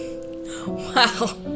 Wow